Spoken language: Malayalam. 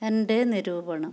എന്റെ നിരൂപണം